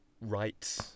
right